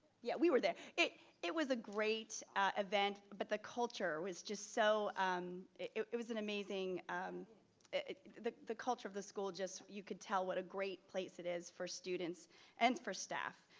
yeah, we were there. it it was a great event, but the culture was just so um it it was an amazing the the culture of the school just you could tell what a great place it is for students and for staff.